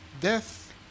Death